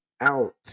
out